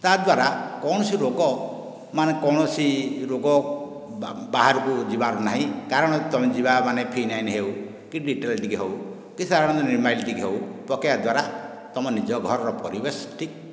ତାଦ୍ୱାରା କୌଣସି ରୋଗ ମାନେ କୌଣସି ରୋଗ ବାହାରକୁ ଯିବାର ନାହିଁ କାରଣ ତୁମେ ଯିବାମାନେ ଫିନାଇଲ୍ ହେଉ କି ଡେଟଲ ଟିକେ ହେଉ କି ସାଧାରଣରେ ନିମାଇଲ୍ ଟିକେ ହେଉ ତୁମ ନିଜ ଘରର ପରିବେଶଟି